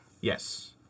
Yes